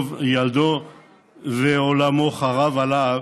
ילדו ועולמו חרב עליו,